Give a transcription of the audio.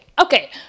okay